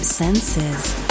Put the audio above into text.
Senses